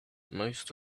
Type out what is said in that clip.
most